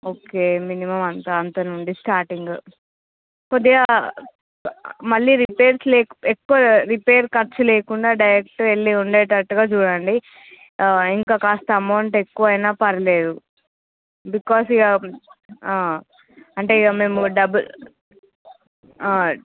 okay minimum అంత అంత నుండి స్టార్టింగు కొద్దిగా మళ్ళీ రిపైర్స్ లేక ఎక్కువ రిపైర్ ఖర్చు లేకుండా డైరెక్ట్గా వెళ్ళి ఉండేటట్టుగా చూడండి ఆ ఇంక కాస్త అమౌంట్ ఎక్కువైనా పర్వాలేదు బికాజ్ అంటే ఇగ మేము డబల్